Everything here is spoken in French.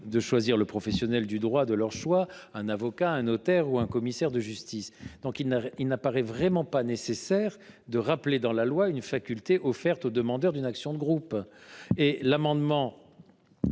de choisir le professionnel du droit de leur choix : un avocat, un notaire ou un commissaire de justice. Il n’apparaît donc pas nécessaire de rappeler dans la loi une faculté offerte aux demandeurs d’une action de groupe. L’amendement